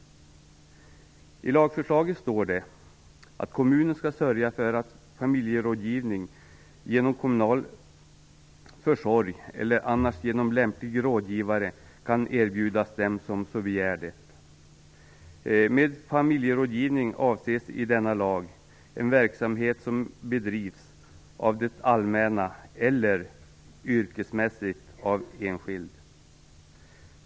I lagförslaget står det att kommunen skall sörja för att familjerådgivning genom kommunal försorg eller annars genom lämplig rådgivare kan erbjudas dem som begär det. Med familjerådgivning avses i denna lag en verksamhet som bedrivs av det allmänna eller yrkesmässigt av enskild.